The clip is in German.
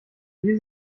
wie